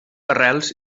arrels